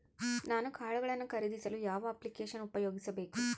ನಾನು ಕಾಳುಗಳನ್ನು ಖರೇದಿಸಲು ಯಾವ ಅಪ್ಲಿಕೇಶನ್ ಉಪಯೋಗಿಸಬೇಕು?